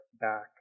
back